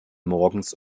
morgens